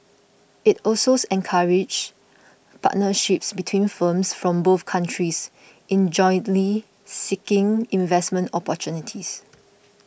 it also encourages partnerships between firms from both countries in jointly seeking investment opportunities